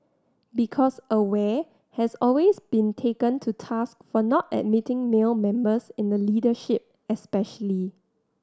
because Aware has always been taken to task for not admitting male members in the leadership especially